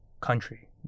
country